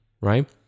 right